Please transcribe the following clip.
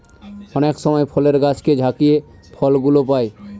অনেক সময় ফলের গাছকে ঝাকিয়ে ফল গুলো পাই